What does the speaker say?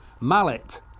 Mallet